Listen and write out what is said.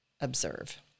observe